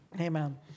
Amen